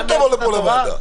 אל תבוא לפה לוועדה.